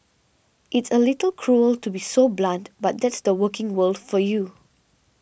it's a little cruel to be so blunt but that's the working world for you